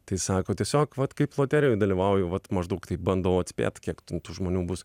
tai sako tiesiog vat kaip loterijoj dalyvauju vat maždaug taip bandau atspėt kiek ten tų žmonių bus